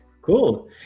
cool